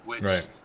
Right